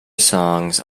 songs